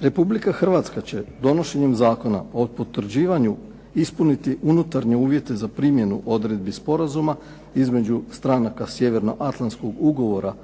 Republika Hrvatska će donošenjem Zakona o potvrđivanju ispuniti unutarnje uvjete za primjenu odredbi sporazuma između stranaka sjevernoatlantskog ugovora